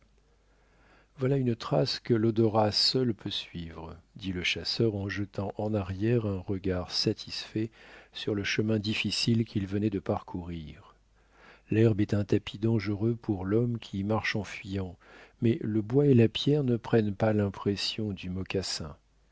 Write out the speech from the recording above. voilà une trace que l'odorat seul peut suivre dit le chasseur en jetant en arrière un regard satisfait sur le chemin difficile qu'ils venaient de parcourir l'herbe est un tapis dangereux pour l'homme qui y marche en fuyant mais le bois et la pierre ne prennent pas l'impression du mocassin